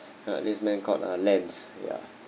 this man called uh lance ya